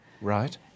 Right